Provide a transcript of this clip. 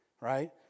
Right